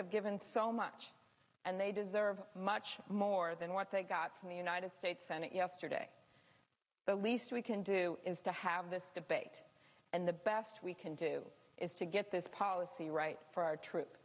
have given so much and they deserve much more than what they got from the united states senate yesterday the least we can do is to have this debate and the best we can do is to get this policy right for our troops